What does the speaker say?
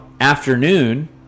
afternoon